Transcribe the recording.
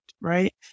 right